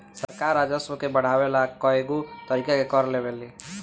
सरकार राजस्व के बढ़ावे ला कएगो तरीका के कर लेवेला